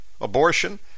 Abortion